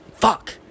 fuck